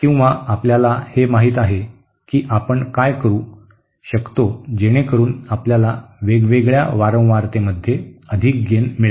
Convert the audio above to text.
किंवा आपल्याला हे माहित आहे की आपण काय करू शकतो जेणेकरुन आपल्याला वेगवेगळ्या वारंवारतेत अधिक गेन मिळेल